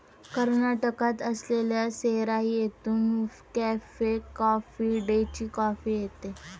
कर्नाटकात असलेल्या सेराई येथून कॅफे कॉफी डेची कॉफी येते